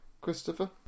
Christopher